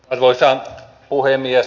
arvoisa puhemies